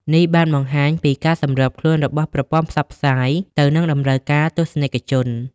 នេះបានបង្ហាញពីការសម្របខ្លួនរបស់ប្រព័ន្ធផ្សព្វផ្សាយទៅនឹងតម្រូវការទស្សនិកជន។